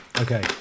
Okay